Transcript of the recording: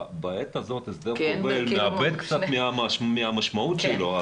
בעת הזאת הסדר כובל מאבד קצת מהמשמעות שלו.